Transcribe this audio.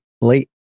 late